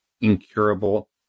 incurable